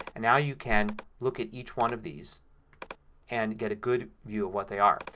and now you can look at each one of these and get a good view of what they are.